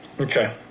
Okay